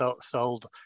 sold